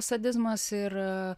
sadizmas ir